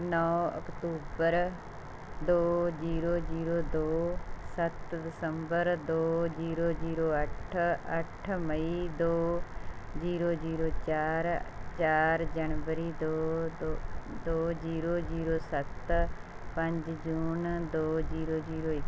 ਨੌ ਅਕਤੂਬਰ ਦੋ ਜੀਰੋ ਜੀਰੋ ਦੋ ਸੱਤ ਦਸੰਬਰ ਦੋ ਜੀਰੋ ਜੀਰੋ ਅੱਠ ਅੱਠ ਮਈ ਦੋ ਜੀਰੋ ਜੀਰੋ ਚਾਰ ਚਾਰ ਜਨਵਰੀ ਦੋ ਦੋ ਦੋ ਜੀਰੋ ਜੀਰੋ ਸੱਤ ਪੰਜ ਜੂਨ ਦੋ ਜੀਰੋ ਜੀਰੋ ਇੱਕ